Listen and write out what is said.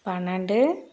பன்னெண்டு